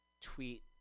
tweet